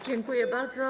Dziękuję bardzo.